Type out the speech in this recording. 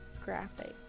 graphic